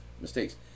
mistakes